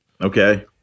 Okay